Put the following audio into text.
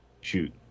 shoot